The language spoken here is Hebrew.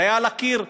זה היה על הקיר.